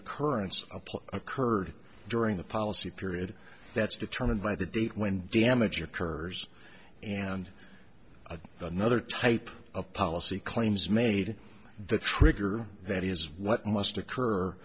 occurrence apply occurred during the policy period that's determined by the date when damage occurs and another type of policy claims made the trigger that is what must occur